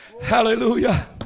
Hallelujah